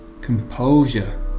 composure